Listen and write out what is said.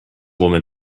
woman